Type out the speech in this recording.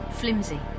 flimsy